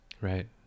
right